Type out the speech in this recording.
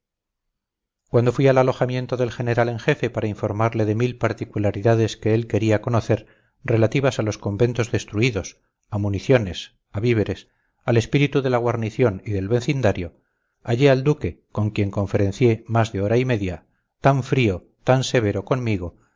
cuando fui al alojamiento del general en jefe para informarle de mil particularidades que él quería conocer relativas a los conventos destruidos a municiones a víveres al espíritu de la guarnición y del vecindario hallé al duque con quien conferencié más de hora y media tan frío tan severo conmigo